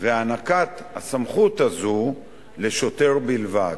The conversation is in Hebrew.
ואת הענקת הסמכות הזאת לשוטר בלבד.